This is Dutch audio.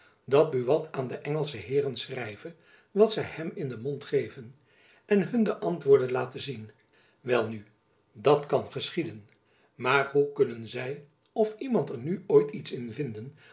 dat buat aan de engelsche heeren schrijve wat zy hem in den mond geven en hun de antwoorden late zien welnu dat kan geschieden maar hoe kunnen zy of iemand er nu ooit iets in vinden